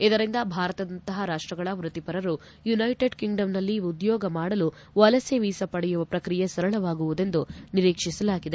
ಇದರಿಂದ ಭಾರತದಂತಹ ರಾಷ್ಟಗಳ ವೃತ್ತಿಪರರು ಯುನೈಟೆಡ್ ಕಿಂಗ್ಡಂನಲ್ಲಿ ಉದ್ಯೋಗ ಮಾಡಲು ವಲಸೆ ವೀಸಾ ಪಡೆಯುವ ಪ್ರಕ್ರಿಯೆ ಸರಳವಾಗುವುದೆಂದು ನಿರೀಕ್ಷಿಸಲಾಗಿದೆ